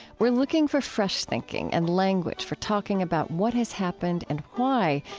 we're looking for fresh thinking and language for talking about what has happened and why,